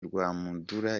rwandamura